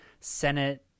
senate